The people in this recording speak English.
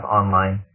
online